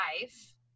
life